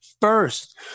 first